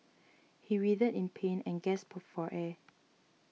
he writhed in pain and gasped for air